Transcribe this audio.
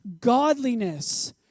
godliness